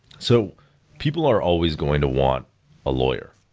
so people are always going to want a lawyer.